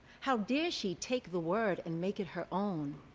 how dare she take the word and make it her own,